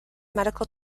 medical